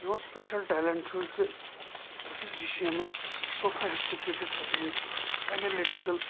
میون special talent چھُ کہِ بہٕ چھُس G C M S sophisticated technique of analytical